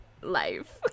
life